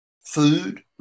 food